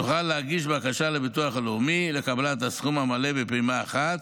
תוכל להגיש בקשה לביטוח הלאומי לקבלת הסכום המלא בפעימה אחת,